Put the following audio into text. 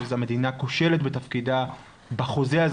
אז המדינה כושלת בתפקידה בחוזה הזה